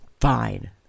Fine